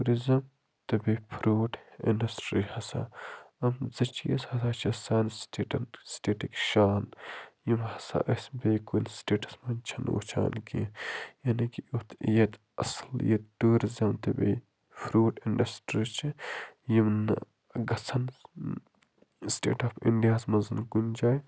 tourism تہٕ بیٚیہِ fruit industry ہسا یِم زٕ چیٖز ہسا چھِ سانہِ سِٹیٹَن سِٹیٹٕکۍ شان یِم ہسا أسۍ بیٚیہِ کُنہِ سِٹیٹٕس منٛز چھِنہٕ وٕچھان کیٚنہہ یعنی کہ یُتھ ییٚتہِ اصل ییٚتہِ ٹُوٗرِزٕم تہٕ بیٚیہِ فروٗٹ اِنڈَسٹری چھِ یم نہٕ گژھَن سِٹیٹ آف اِنٛڈیاہس منٛز کُنہِ جایہِ